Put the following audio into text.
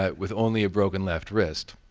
ah with only a broken left wrist.